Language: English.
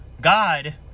god